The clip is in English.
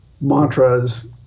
mantras